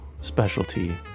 specialty